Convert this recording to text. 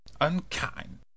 Unkind